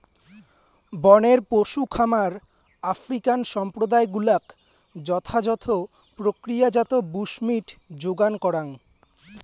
বনের পশু খামার আফ্রিকান সম্প্রদায় গুলাক যথাযথ প্রক্রিয়াজাত বুশমীট যোগান করাং